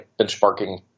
benchmarking